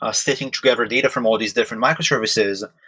ah sitting together data from all of these different microservices.